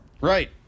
right